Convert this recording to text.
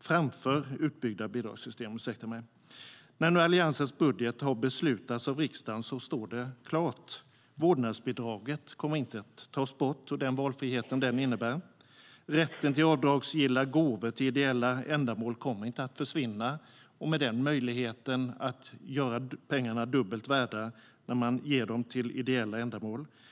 framför utbyggda bidragssystem. När nu Alliansens budget har beslutats av riksdagen står det klart: Vårdnadsbidraget kommer inte att tas bort. Valfriheten det innebär blir alltså kvar. Rätten till avdragsgilla gåvor till ideella ändamål kommer inte att försvinna. Möjligheten att göra pengarna dubbelt värda när man ger dem till välgörenhet kommer alltså att finnas kvar.